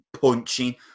punching